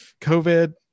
COVID